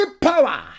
power